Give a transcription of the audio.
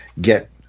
get